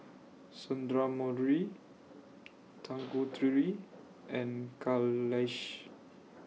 Sundramoorthy Tanguturi and Kailash